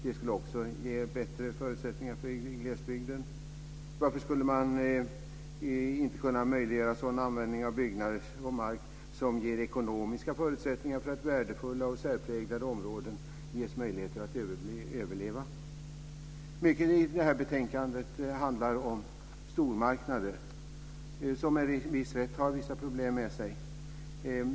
Det skulle också ge bättre förutsättningar för glesbygden. Varför skulle man inte kunna möjliggöra sådan användning av byggnader och mark som ger ekonomiska förutsättningar för värdefulla och särpräglade områden att överleva? Mycket i det här betänkandet handlar om stormarknader, som med viss rätt sägs föra vissa problem med sig.